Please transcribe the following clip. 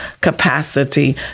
capacity